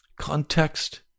Context